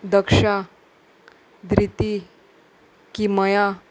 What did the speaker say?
Daksha Dhriti Kimaya